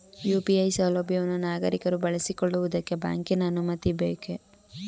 UPI ಸೌಲಭ್ಯವನ್ನು ನಾಗರಿಕರು ಬಳಸಿಕೊಳ್ಳುವುದಕ್ಕೆ ಬ್ಯಾಂಕಿನ ಅನುಮತಿ ಬೇಕೇ?